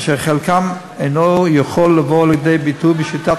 ואשר חלקם אינו יכול לבוא לידי ביטוי בשיטת